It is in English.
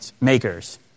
makers